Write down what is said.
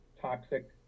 toxic